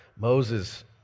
Moses